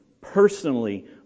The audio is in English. personally